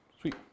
Sweet